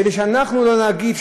כדי שאנחנו לא נגיד,